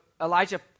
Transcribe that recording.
Elijah